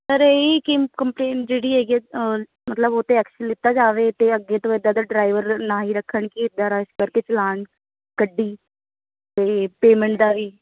sir ਇਹ ਕਿ complain ਜਿਹੜੀ ਹੈਗੀ ਮਤਲਬ ਉਹ 'ਤੇ ਐਕਸ਼ਨ ਲੀਤਾ ਜਾਵੇ ਅਤੇ ਅੱਗੇ ਤੋਂ ਇੱਦਾਂ ਦਾ ਡਰਾਈਵਰ ਨਾ ਹੀ ਰੱਖਣ ਕਿ ਕਰਕੇ ਚਲਾਉਣ ਗੱਡੀ ਅਤੇ ਪੇਮੈਂਟ ਦਾ ਵੀ